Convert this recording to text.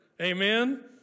Amen